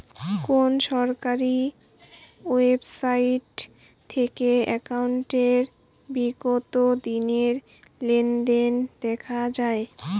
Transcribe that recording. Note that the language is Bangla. কোন সরকারি ওয়েবসাইট থেকে একাউন্টের বিগত দিনের লেনদেন দেখা যায়?